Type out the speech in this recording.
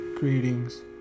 Greetings